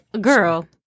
Girl